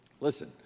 listen